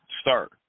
start